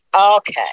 Okay